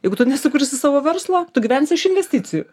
jeigu tu nesukursi savo verslo tu gyvensi iš investicijų